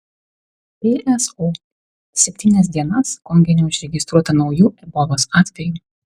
pso septynias dienas konge neužregistruota naujų ebolos atvejų